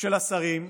של השרים,